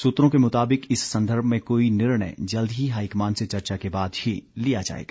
सूत्रों के मुताबिक इस संदर्भ में कोई निर्णय जल्द ही हाईकमॉन से चर्चा के बाद ही लिया जाएगा